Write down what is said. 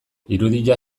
irudia